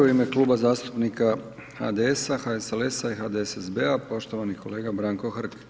U ime Kluba zastupnika HDS-HSLS-HDSSB-a poštovani kolega Branko Hrg.